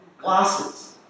glasses